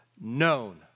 known